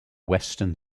western